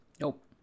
Nope